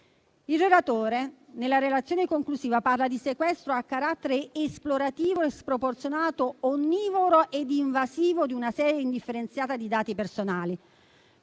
Il relatore, nella relazione conclusiva, parla di sequestro a carattere esplorativo e sproporzionato, onnivoro e invasivo di una serie indifferenziata di dati personali.